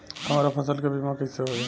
हमरा फसल के बीमा कैसे होई?